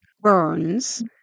burns